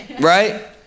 Right